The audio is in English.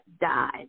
died